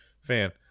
fan